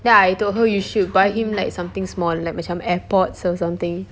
then I told her you should buy him like something small like macam airpods or something